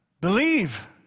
believe